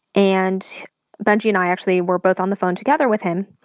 and benjy and i actually were both on the phone together with him,